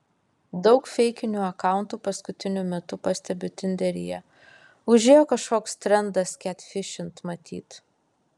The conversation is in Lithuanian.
daug feikinių akauntų paskutiniu metu pastebiu tinderyje užėjo kažkoks trendas ketfišint matyt